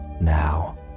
now